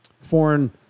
foreign